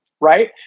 right